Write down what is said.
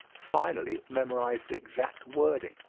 finally, memorize the exact wording.